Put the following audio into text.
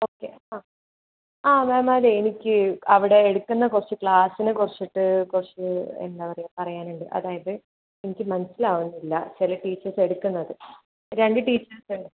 okay ആ ആ ma'am അതെ എനിക്ക് അവിടെ എടുക്കുന്ന കുറച്ച് ക്ലാസ്സിനെ കുറിച്ചിട്ട് കുറച്ച് എന്താ പറയാ പറയാനുണ്ട് അതായത് എനിക്ക് മനസ്സിലാവുന്നില്ല ചില ടീച്ചേഴ്സ് എടുക്കുന്നത് രണ്ട് ടീച്ചേഴ്സ്